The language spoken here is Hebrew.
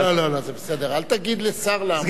סגן שר האוצר יצחק כהן,